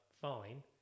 fine